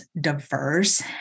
diverse